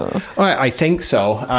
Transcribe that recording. i think so.